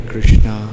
Krishna